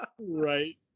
right